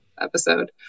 episode